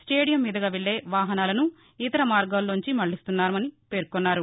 స్టేడియంమీదుగా వెళ్ళే వాహనాలను ఇతర మార్గాల్లోంచి మళ్ళిస్తామన్నారు